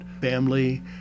family